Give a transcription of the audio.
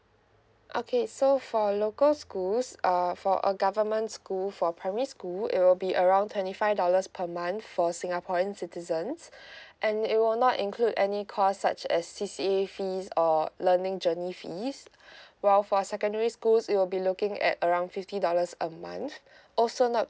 okay so for local schools uh for a government school for primary school it will be around twenty five dollars per month for singaporean citizens and it will not include any cost such as C_C_A fees or learning journey fees while for secondary schools you'll be looking at around fifty dollars a month also not